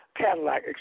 Cadillac